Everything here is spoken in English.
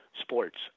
sports